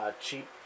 cheap